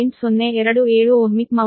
027 ohmic ಮೌಲ್ಯಗಳು